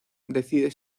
decide